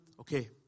Okay